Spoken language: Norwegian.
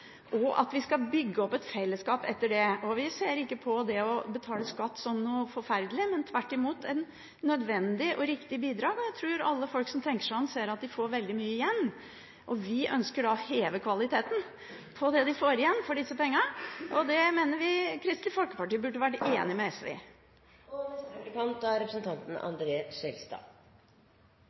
og at vi skal bygge opp et fellesskap etter det. Vi ser ikke på det å betale skatt som noe forferdelig, men tvert imot som et nødvendig og riktig bidrag. Jeg tror alle som tenker seg om, ser at de får veldig mye igjen. Vi ønsker å heve kvaliteten på det de får igjen for disse pengene, og det mener vi Kristelig Folkeparti burde vært enig med SV